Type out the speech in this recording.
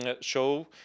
show